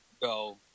go